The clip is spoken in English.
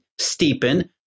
steepen